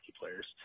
players